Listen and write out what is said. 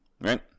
right